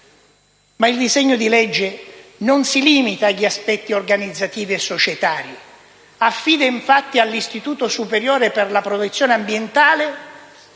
Ma il disegno di legge non si limita agli aspetti organizzativi e societari. Esso affida, infatti, all'Istituto superiore per la protezione ambientale,